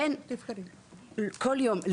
כל יום?